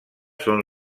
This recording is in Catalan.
són